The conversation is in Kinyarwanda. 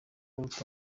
uruta